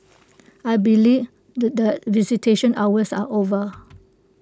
I believe that the visitation hours are over